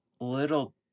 little